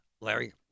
Larry